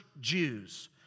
Jews